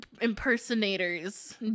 impersonators